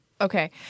Okay